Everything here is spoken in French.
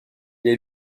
est